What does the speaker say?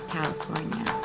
California